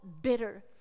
bitter